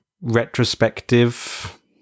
retrospective